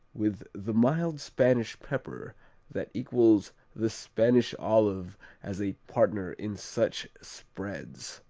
with the mild spanish pepper that equals the spanish olive as a partner in such spreads.